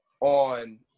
on